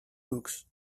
books